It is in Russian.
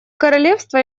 королевство